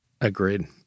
Agreed